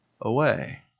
away